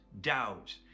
doubt